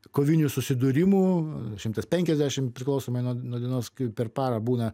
kovinių susidūrimų šimtas penkiasdešimt priklausomai nuo nuo dienos kai per parą būna